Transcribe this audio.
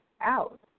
out